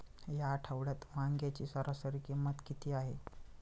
या आठवड्यात वांग्याची सरासरी किंमत किती आहे?